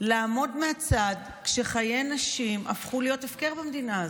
לעמוד מהצד כשחיי נשים הפכו להיות הפקר במדינה הזאת?